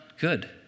good